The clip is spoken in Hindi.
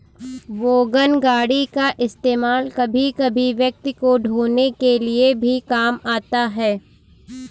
वोगन गाड़ी का इस्तेमाल कभी कभी व्यक्ति को ढ़ोने के लिए भी काम आता है